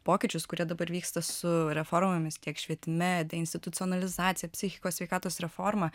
pokyčius kurie dabar vyksta su reformomis tiek švietime institucionalizacija psichikos sveikatos reforma